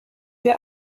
wir